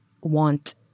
want